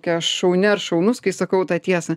kokia šauni ar šaunus kai sakau tą tiesą